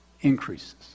increases